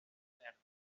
verda